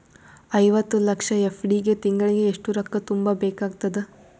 ಐವತ್ತು ಲಕ್ಷ ಎಫ್.ಡಿ ಗೆ ತಿಂಗಳಿಗೆ ಎಷ್ಟು ರೊಕ್ಕ ತುಂಬಾ ಬೇಕಾಗತದ?